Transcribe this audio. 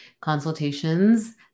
consultations